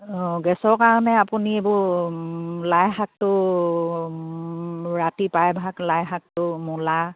অঁ গেছৰ কাৰণে আপুনি এইবোৰ লাইশাকটো ৰাতি প্ৰায়ভাগ লাইশাকটো মূলা